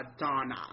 Madonna